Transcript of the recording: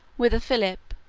whither philip,